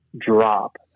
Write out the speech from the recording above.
drop